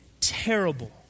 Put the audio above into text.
terrible